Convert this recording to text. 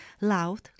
loud